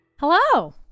Hello